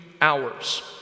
hours